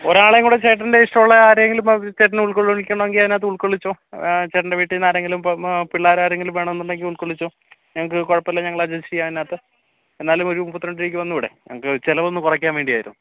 ഒരു ആളെയും കൂടെ ചേട്ടൻ്റെ ഇഷ്ടം ഉള്ള ആരെയെങ്കിലും നമുക്ക് ചേട്ടന് ഉൾക്കൊള്ളിക്കണമെങ്കിൽ അതിനകത്ത് ഉൾക്കൊള്ളിച്ചോ ചേട്ടൻ്റെ വീട്ടിൽനിന്ന് ആരെങ്കിലും ഇപ്പം പിള്ളേർ ആരെങ്കിലും വേണം എന്ന് ഉണ്ടെങ്കിൽ ഉൾക്കൊള്ളിച്ചോ ഞങ്ങൾക്ക് കുഴപ്പം ഇല്ല ഞങ്ങൾ അഡ്ജസ്റ്റ് ചെയ്യാം അതിനകത്ത് എന്നാലും ഒരു മുപ്പത്തിരണ്ട് രൂപക്ക് വന്നുകൂടെ ഞങ്ങൾക്ക് ചെലവ് ഒന്ന് കുറയ്ക്കാൻ വേണ്ടിയായിരുന്നു